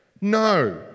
No